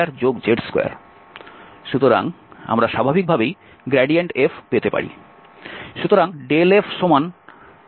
সুতরাং আমরা স্বাভাবিকভাবেই গ্রেডিয়েন্ট f পেতে পারি